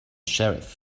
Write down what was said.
sheriff